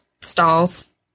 stalls